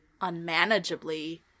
unmanageably